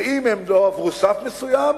ואם הם עברו סף מסוים,